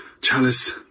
Chalice